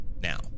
Now